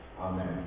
Amen